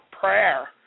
prayer